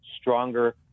stronger